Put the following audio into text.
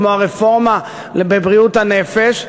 כמו הרפורמה בבריאות הנפש,